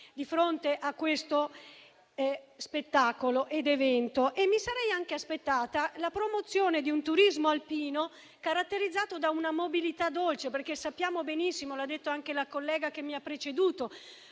di fronte ad un simile spettacolo e mi sarei anche aspettata la promozione di un turismo alpino caratterizzato da una mobilità dolce, perché sappiamo benissimo - l'ha detto anche la collega che mi ha preceduto